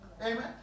Amen